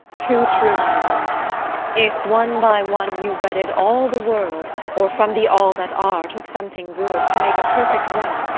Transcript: too true, my lord if, one by one, you wedded all the world, or from the all that are took something good, to make a perfect woman,